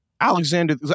Alexander